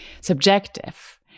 subjective